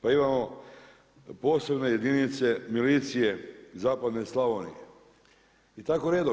Pa imamo posebne jedinice milicije zapadne Slavonije i tako redom.